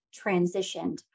transitioned